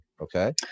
okay